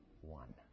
one